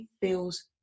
feels